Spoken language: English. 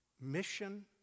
mission